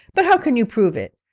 but how can you prove it?